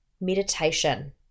meditation